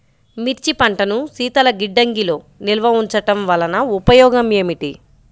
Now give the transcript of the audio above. మిర్చి పంటను శీతల గిడ్డంగిలో నిల్వ ఉంచటం వలన ఉపయోగం ఏమిటి?